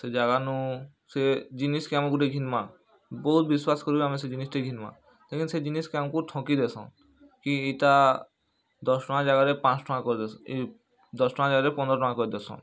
ସେ ଜାଗାନୁ ସେ ଜିନିଷ୍କେ ଆମେ ଗୁଟେ ଘିନ୍ମା ବହୁତ୍ ବିଶ୍ୱାସ୍ କରି କରି ଆମେ ସେ ଜିନିଷ୍ ଘିନ୍ମା ଲେକିନ୍ ସେ ଜିନିଷ୍କେ ଆମ୍କୁ ଠକି ଦେସନ୍ କି ଇଟା ଦଶ୍ ଟଙ୍ଗା ଜାଗାରେ ପାଞ୍ଚ ଟଙ୍ଗା କରି ଦେସନ୍ ଇ ଦଶ୍ ଟଙ୍ଗା ଜାଗାରେ ପନ୍ଦ୍ର ଟଙ୍ଗା କରିଦେସନ୍